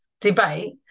debate